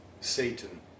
Satan